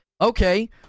Okay